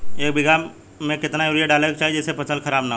एक बीघा में केतना यूरिया डाले के चाहि जेसे फसल खराब ना होख?